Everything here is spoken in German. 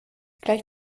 gleich